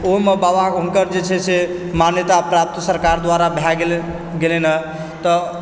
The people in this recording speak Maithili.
ओहिमे बाबा हुनकर जे छै से मान्यताप्राप्त सरकार द्वारा भए गेलेै हँ तऽ